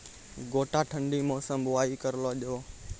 गोटा ठंडी मौसम बुवाई करऽ लो जा?